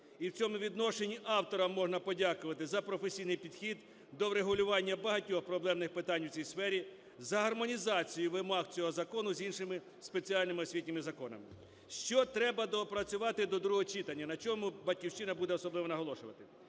і в цьому відношенні авторам можна подякувати за професійний підхід до врегулювання багатьох проблемних питань у цій сфері, за гармонізацію вимог цього закону з іншими спеціальними освітніми законами. Що треба доопрацювати до другого читання? На чому "Батьківщина" буде особливо наголошувати?